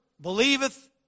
believeth